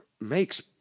makes